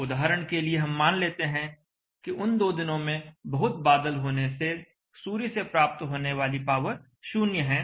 तो उदाहरण के लिए हम मान लेते हैं कि उन दो दिनों में बहुत बादल होने से सूर्य से प्राप्त होने वाली पावर शून्य है